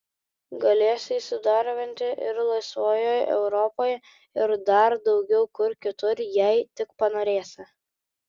galėsi įsidarbinti ir laisvojoj europoje ir dar daug kur kitur jei tik panorėsi